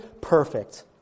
perfect